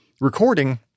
recording